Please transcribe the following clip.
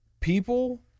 People